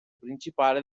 principale